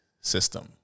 system